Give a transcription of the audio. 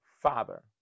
Father